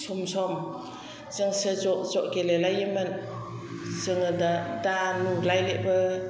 सम सम जोंसो ज' ज' गेलेलायोमोन जोङो दा नुलायलेबो